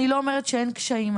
אני לא אומרת שאין קשיים,